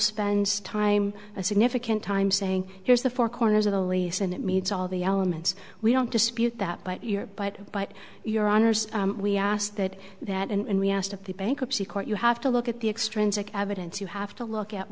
spends time a significant time saying here's the four corners of the lease and it meets all the elements we don't dispute that but your but by your honour's we asked that that and we asked of the bankruptcy court you have to look at the extrinsic evidence you have to look at